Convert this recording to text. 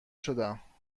شدم